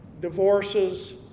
Divorces